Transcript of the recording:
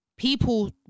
people